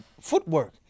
footwork